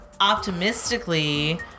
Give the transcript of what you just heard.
optimistically